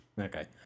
Okay